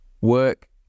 work